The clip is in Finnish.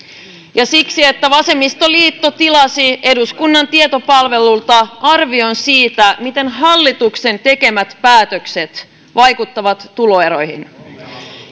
ja siksi että kun vasemmistoliitto tilasi eduskunnan tietopalvelulta arvion siitä miten hallituksen tekemät päätökset vaikuttavat tuloeroihin